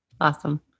Awesome